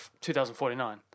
2049